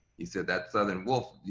he said, that southern wolf, you